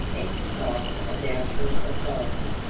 exercised a doubtful authority,